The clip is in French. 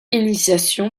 initiation